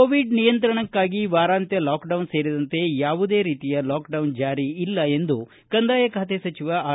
Covid ನಿಯಂತ್ರಣಕ್ನಾಗಿ ವಾರಾಂತ್ಯ lockdown ಸೇರಿದಂತೆ ಯಾವುದೇ ರೀತಿಯ ಲಾಕ್ಡೌನ್ ಜಾರಿಯಿಲ್ಲ ಎಂದು ಕಂದಾಯ ಖಾತೆ ಸಚಿವ ಆರ್